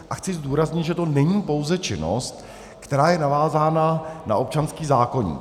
A chci zdůraznit, že to není pouze činnost, která je navázána na občanský zákoník.